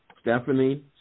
Stephanie